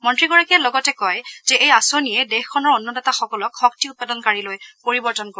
মন্ত্ৰীগৰাকীয়ে লগতে কয় যে এই আঁচনিয়ে দেশখনৰ অন্নদাতাসকলক শক্তি উৎপাদনকাৰীলৈ পৰিৱৰ্তন কৰিব